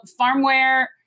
Farmware